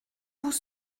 vous